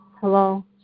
Hello